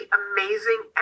amazing